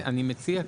ואני מציע,